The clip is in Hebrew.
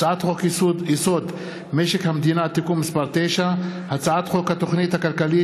הצעת חוק-יסוד: משק המדינה (תיקון מס' 9); הצעת חוק התוכנית הכלכלית